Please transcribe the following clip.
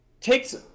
takes